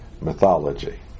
mythology